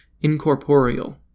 incorporeal